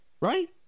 right